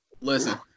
Listen